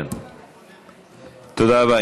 תודה רבה.